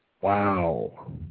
Wow